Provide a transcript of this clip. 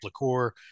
liqueur